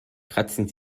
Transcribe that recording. kratzen